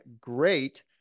Great